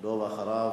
זה דווקא אנחנו,